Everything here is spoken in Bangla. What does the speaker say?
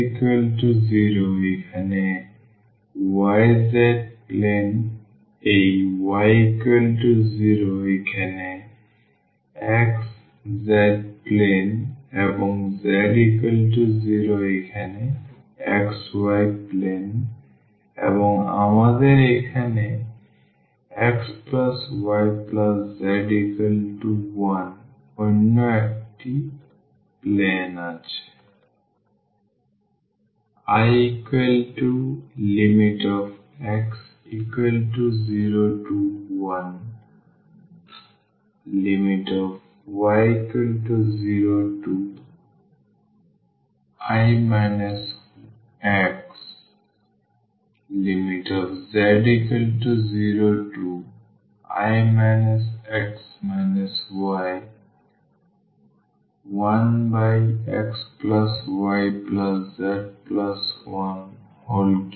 সুতরাং এই x0 এখানে yz প্লেন এই y0 এখানে xz প্লেন এবং z0 এখানে xy প্লেন এবং আমাদের এখানে xyz1 অন্য একটি প্লেন আছে